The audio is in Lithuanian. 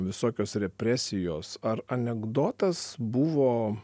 visokios represijos ar anekdotas buvo